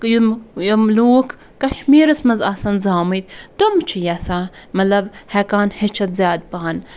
یِم یِم لوٗکھ کَشمیٖرَس مَنٛز آسَن زامٕتۍ تِم چھِ یَژھان مَطلَب ہٮ۪کان ہیٚچھِتھ زیادٕ پَہَن